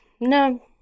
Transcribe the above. no